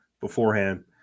beforehand